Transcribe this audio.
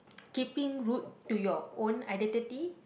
keeping root to your own identity